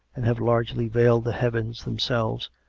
and have largely veiled the heavens themselves,